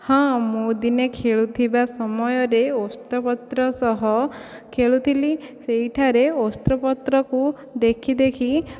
ହଁ ମୁଁ ଦିନେ ଖେଳୁଥିବା ସମୟରେ ଓସ୍ତ ପତ୍ର ସହ ଖେଳୁଥିଲି ସେହିଠାରେ ଓସ୍ତପତ୍ରକୁ ଦେଖି ଦେଖି